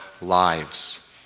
lives